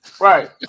Right